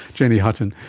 jennie hutton,